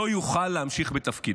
לא יוכל להמשיך בתפקידו.